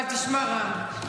אבל תשמע, רם.